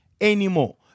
anymore